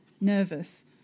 nervous